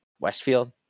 Westfield